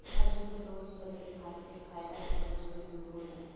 खजूर रोज सबेरे खाली पेटे खइला से कमज़ोरी दूर होला